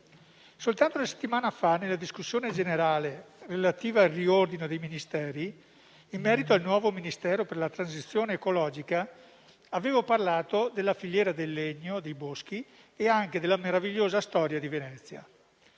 Soltanto una settimana fa, nella discussione generale relativa al riordino dei Ministeri, in merito al nuovo Ministero per la transizione ecologica avevo parlato della filiera del legno, dei boschi e anche della meravigliosa storia di Venezia: